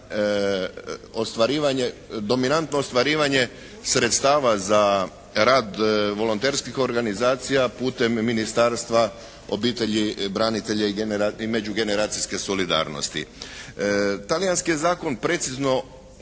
dominantno ostvarivanje sredstava za rad volonterskih organizacija putem Ministarstva obitelji, branitelja i međugeneracijske solidarnosti. Talijanski je zakon precizno